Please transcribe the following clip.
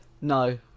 No